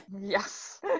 yes